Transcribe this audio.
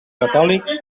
catòlics